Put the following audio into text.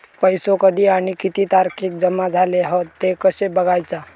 पैसो कधी आणि किती तारखेक जमा झाले हत ते कशे बगायचा?